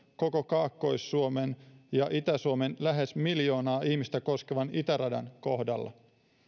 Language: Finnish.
koko kaakkois suomen ja itä suomen lähes miljoonaa ihmistä koskevan itäradan kohdalla